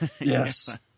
Yes